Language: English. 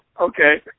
Okay